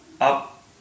up